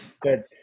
Good